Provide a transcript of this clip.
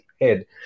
head